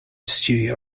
studio